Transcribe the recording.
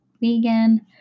vegan